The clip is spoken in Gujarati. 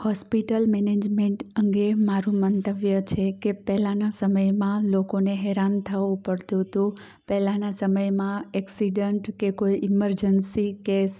હોસ્પિટલ મેનેજમેન્ટ અંગે મારું મંતવ્ય છે કે પહેલાંના સમયમાં લોકોને હેરાન થવું પડતું હતું પહેલાંના સમયમાં એક્સિડન્ટ કે કોઈ ઇમરજન્સી કે